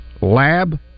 lab